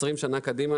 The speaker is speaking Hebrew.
20 שנים קדימה,